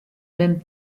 même